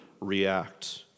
react